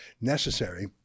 necessary